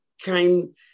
came